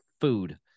food